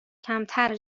کمتر